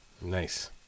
Nice